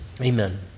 Amen